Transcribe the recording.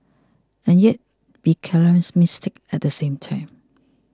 and yet be charismatic at the same time